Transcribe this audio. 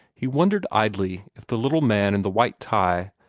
he wondered idly if the little man in the white tie,